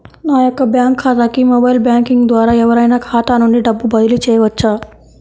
నా యొక్క బ్యాంక్ ఖాతాకి మొబైల్ బ్యాంకింగ్ ద్వారా ఎవరైనా ఖాతా నుండి డబ్బు బదిలీ చేయవచ్చా?